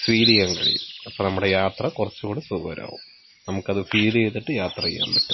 feel ചെയ്യാൻ കഴിയും അപ്പോൾ നമ്മുടെ യാത്ര കുറച്ചു കൂടി സുഖകരാകും നമുക്കത് ഫീൽ ചെയ്തിട്ട് യാത്ര ചെയ്യാൻ പറ്റും